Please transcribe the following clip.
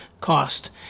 cost